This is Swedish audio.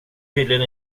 tydligen